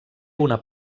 una